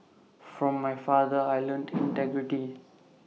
from my father I learnt integrity